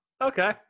Okay